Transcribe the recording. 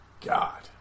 God